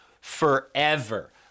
forever